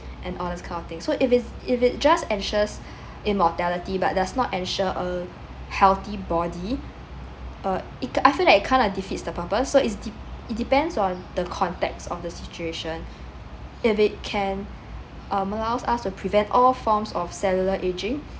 and all that kind of thing so if it if it just ensures immortality but does not ensure a healthy body uh it ki~ I feel like it kind of defeats the purpose so it's de~ it depends on the context of the situation if it can um allows us to prevent all forms of cellular aging